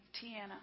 Tiana